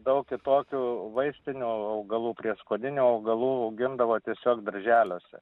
daug kitokių vaistinių augalų prieskoninių augalų augindavo tiesiog darželiuose